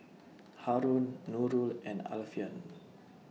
Haron Nurul and Alfian